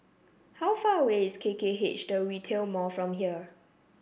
how far away is K K H The Retail Mall from here